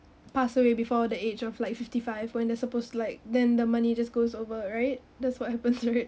passed away before the age of like fifty five when they supposed to like then the money just goes over right that's what happens right